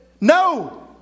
no